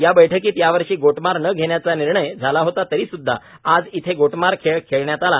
या बैठकीत यावर्षी गोटमार न घेण्याचा निर्णय झाला होता तरीसुद्धा आज येथे गोटमार खेळ खेळण्यात आला